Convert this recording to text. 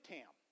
Tam